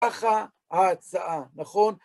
ככה ההצעה, נכון?